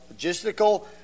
logistical